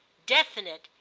definite,